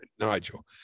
Nigel